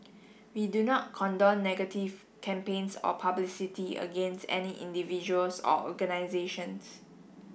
we do not condone negative campaigns or publicity against any individuals or organisations